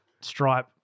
Stripe